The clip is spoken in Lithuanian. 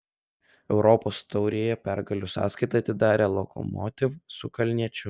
europos taurėje pergalių sąskaitą atidarė lokomotiv su kalniečiu